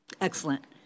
Excellent